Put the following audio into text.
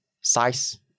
size